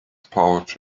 pouch